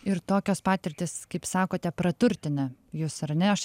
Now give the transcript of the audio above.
ir tokios patirtys kaip sakote praturtina jus ar ne aš